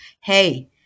hey